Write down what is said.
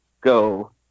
go